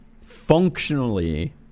functionally